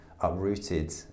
uprooted